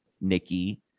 Nikki